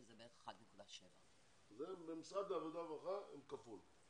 שזה בערך 1.7%. אז במשרד העבודה והרווחה הם כפול,